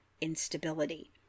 instability